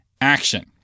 action